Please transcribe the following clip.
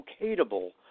locatable